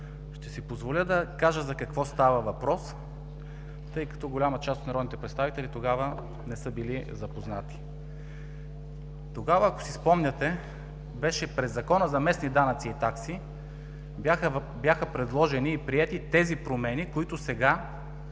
Ще си позволя да кажа за какво става въпрос, тъй като голяма част от народните представители тогава не са били запознати. Тогава, ако си спомняте, през Закона за местни данъци и такси бяха предложени и приети тези промени, които сега